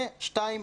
ו-"2.